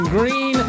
Green